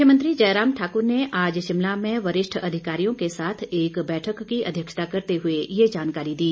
मुख्यमंत्री जयराम ठाकुर ने आज शिमला में वरिष्ठ अधिकारियों के साथ एक बैठक की अध्यक्षता करते हुए ये जानकारी दी